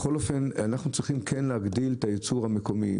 בכל אופן אנחנו צריכים כן להגדיל את הייצור המקומי,